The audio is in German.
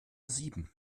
sieben